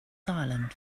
silent